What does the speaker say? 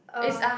uh